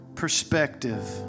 perspective